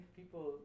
people